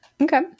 Okay